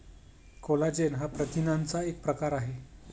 collagen हा प्रथिनांचा एक प्रकार आहे